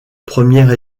première